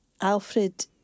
Alfred